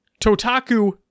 Totaku